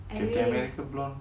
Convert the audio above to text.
captain america blonde